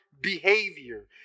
behavior